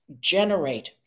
generate